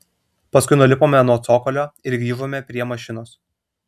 paskui nulipome nuo cokolio ir grįžome prie mašinos